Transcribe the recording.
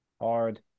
Hard